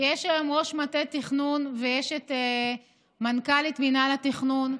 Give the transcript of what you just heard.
יש היום ראש מטה תכנון ויש את מנכ"לית מינהל התכנון.